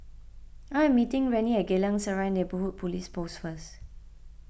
I am meeting Rennie at Geylang Serai Neighbourhood Police Post first